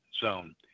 zone